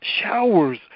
Showers